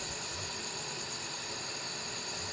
नीम की पत्तियों से कीटनाशक कैसे बना सकते हैं?